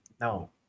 No